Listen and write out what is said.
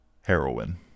Heroin